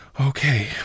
Okay